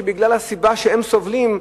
שבגלל הסיבה לכך שהם סובלים,